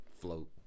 Float